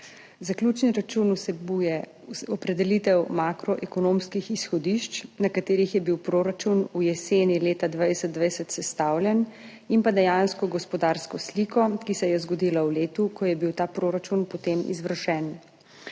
Zaključni račun vsebuje opredelitev makroekonomskih izhodišč, na katerih je bil proračun v jeseni leta 2020 sestavljen, in dejansko gospodarsko sliko, ki se je zgodila v letu, ko je bil ta proračun potem izvršen.